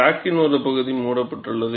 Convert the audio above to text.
கிராக்கின் ஒரு பகுதி மூடப்பட்டுள்ளது